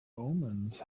omens